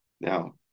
Now